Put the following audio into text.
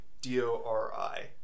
D-O-R-I